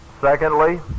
Secondly